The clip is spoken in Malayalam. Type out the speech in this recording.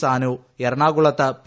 സാനു എറണാകുളത്ത് പി